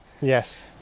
Yes